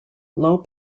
low